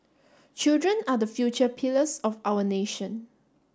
children are the future pillars of our nation